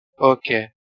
Okay